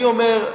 אני אומר,